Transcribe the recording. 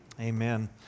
Amen